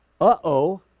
Uh-oh